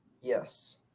Yes